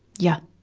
yeah.